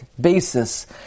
basis